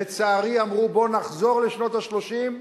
לצערי אמרו, בואו נחזור לשנות ה-30,